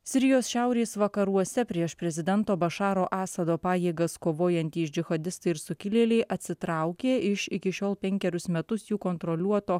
sirijos šiaurės vakaruose prieš prezidento bašaro asado pajėgas kovojantys džihadistai ir sukilėliai atsitraukė iš iki šiol penkerius metus jų kontroliuoto